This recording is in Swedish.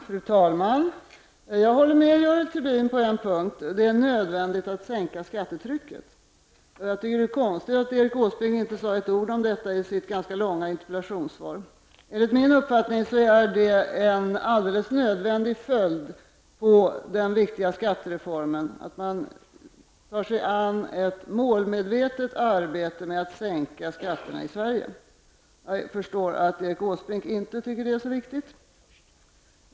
Herr talman! Jag håller med Görel Thurdin på en punkt, nämligen att det är nödvändigt att sänka skattetrycket. Det är konstigt att Erik Åsbrink inte sade ett enda ord om detta i sitt långa interpellationssvar. Enligt min uppfattning är det en alldeles nödvändig följd av den viktiga skattereformen att man målmedvetet tar sig an arbetet med att sänka skatterna i Sverige. Jag förstår dock att Erik Åsbrink inte tycker att det är så viktigt.